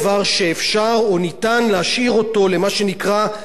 להשאיר אותו למה שנקרא חסדי השוק הפרוע.